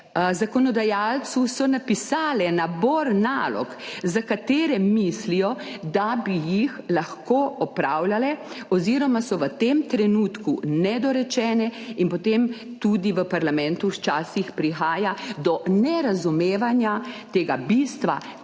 zakonodajalcu so napisale nabor nalog, za katere mislijo, da bi jih lahko opravljale oziroma so v tem trenutku nedorečene in potem včasih tudi v parlamentu prihaja do nerazumevanja tega bistva,